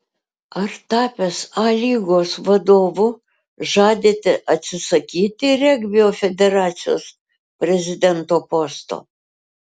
ar tapęs a lygos vadovu žadate atsisakyti regbio federacijos prezidento posto